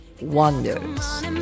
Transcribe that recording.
wonders